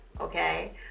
Okay